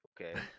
okay